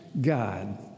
God